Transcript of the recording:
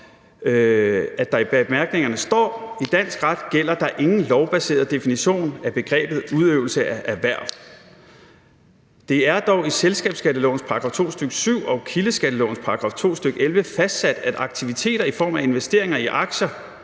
at der i bemærkningerne står: »I dansk ret gælder der ingen lovbaseret definition af begrebet ”udøvelse af erhverv”. Det er dog i selskabsskattelovens § 2, stk. 7, og kildeskattelovens § 2, stk. 11, fastsat, at aktiviteter i form af investeringer i aktier